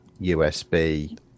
USB